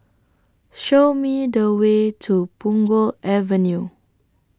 Show Me The Way to Punggol Avenue